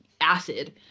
acid